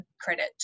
credit